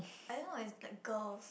I don't know it's like girls